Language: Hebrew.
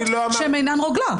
שאינן רוגלה.